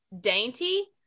dainty